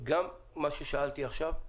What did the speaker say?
וגם על מה ששאלתי עכשיו.